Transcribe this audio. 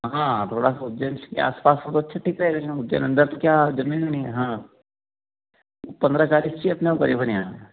हाँ थोड़ा सा उज्जैन के आस पास हो अच्छा ठीक रहेगा उज्जैन के अंदर तो क्या ज़मीन ही नहीं है हाँ पन्द्रह तारीख़ से अपने वह क़रीबन